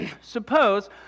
Suppose